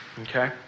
Okay